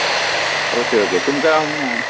okay okay तुमकां